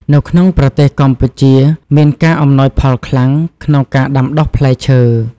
នៅក្នុងប្រទេសកម្ពុជាមានការ អំណោយផលខ្លាំង ក្នុងការដាំដុះផ្លែឈើ។